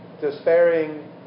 despairing